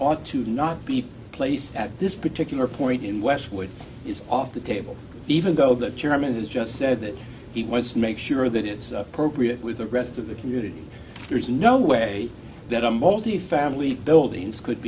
ought to not be placed at this particular point in westwood is off the table even though that germany has just said that it was make sure that it's appropriate with the rest of the community there is no way that a multi family buildings could